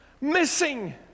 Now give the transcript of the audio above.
missing